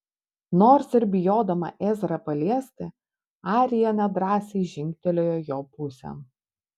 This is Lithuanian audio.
nors ir bijodama ezrą paliesti arija nedrąsiai žingtelėjo jo pusėn